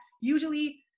usually